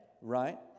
Right